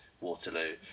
Waterloo